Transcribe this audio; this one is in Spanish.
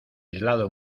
aislado